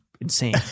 insane